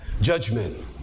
judgment